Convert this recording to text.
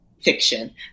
fiction